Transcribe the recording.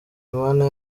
mana